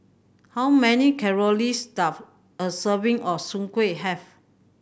how many calories does a serving of Soon Kuih have